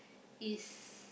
it's